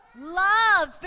love